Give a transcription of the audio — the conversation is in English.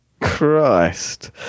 christ